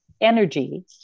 energy